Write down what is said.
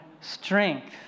strength